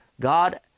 God